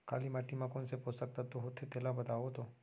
काली माटी म कोन से पोसक तत्व होथे तेला बताओ तो?